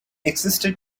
existed